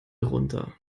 runter